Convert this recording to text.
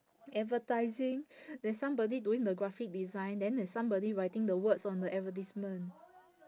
advertising there's somebody doing the graphic design then there's somebody writing the words on the advertisement